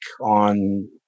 on